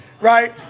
right